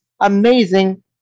amazing